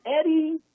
Eddie